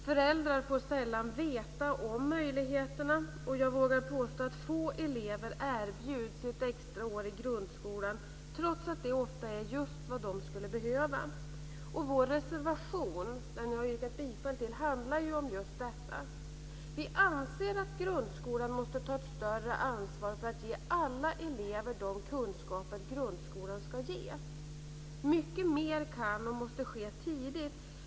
Föräldrar får sällan veta om möjligheterna. Och jag vågar påstå att få elever erbjuds ett extra år i grundskolan, trots att det ofta är just vad de skulle behöva. Och vår reservation, som jag har yrkat bifall till, handlar ju om just detta. Vi anser att grundskolan måste ta ett större ansvar för att ge alla elever de kunskaper som grundskolan ska ge. Mycket mer kan och måste ske tidigt.